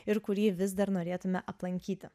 ir kurį vis dar norėtume aplankyti